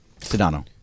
Sedano